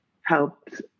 helped